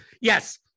Yes